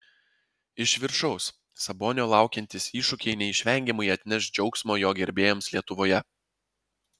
iš viršaus sabonio laukiantys iššūkiai neišvengiamai atneš džiaugsmo jo gerbėjams lietuvoje